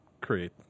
create